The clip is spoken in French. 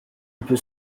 peut